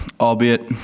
albeit